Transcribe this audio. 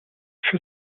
für